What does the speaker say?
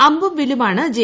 അമ്പും വില്ലുമാണ് ജെ